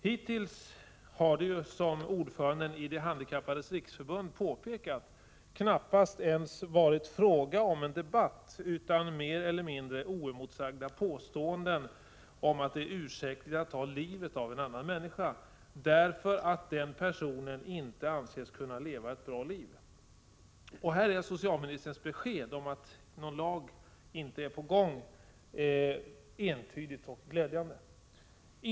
Det är ju ingen debatt, utan hittills bara ett ensidigt framfört budskap om att det är ursäktligt att ta livet av en annan människa därför att den personen inte anses kunna leva ett bra liv, säger DHR-ordföranden och frågar: Vem kan bedöma värdet av något annat liv än sitt eget?